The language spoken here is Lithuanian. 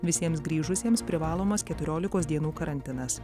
visiems grįžusiems privalomas keturiolikos dienų karantinas